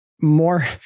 more